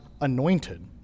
anointed